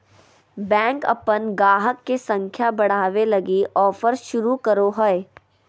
bank अपन गाहक के संख्या बढ़ावे लगी ऑफर शुरू करो हय